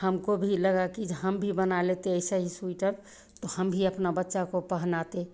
हमको भी लगा कि जो हम भी बना लेते ऐसा ही स्वेटर तो हम भी अपने बच्चा को पहनाते